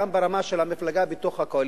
גם ברמה של המפלגה בתוך הקואליציה.